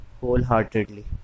Wholeheartedly